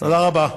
תודה רבה.